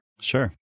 Sure